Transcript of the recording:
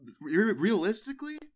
realistically